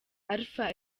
alpha